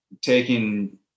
taking